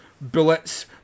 bullets